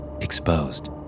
exposed